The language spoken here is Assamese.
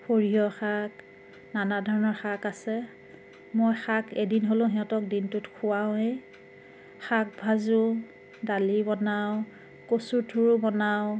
সৰিয়হ শাক নানা ধৰণৰ শাক আছে মই শাক এদিন হ'লেও সিহঁতক দিনটোত খুৱাওয়েই শাক ভাজোঁ দালি বনাওঁ কচুথোৰো বনাওঁ